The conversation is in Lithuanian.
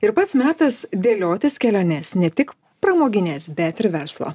ir pats metas dėliotis keliones ne tik pramogines bet ir verslo